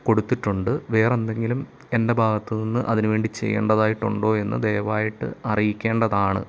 കൊടുത്തിട്ടുണ്ട് വേറെ എന്തെങ്കിലും എൻ്റെ ഭാഗത്തുനിന്ന് അതിനുവേണ്ടി ചെയ്യേണ്ടതായിട്ടുണ്ടോ എന്ന് ദയവായിട്ട് അറിയിക്കേണ്ടതാണ്